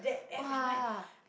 [wah]